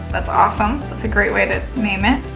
that's awesome. that's a great way to name it.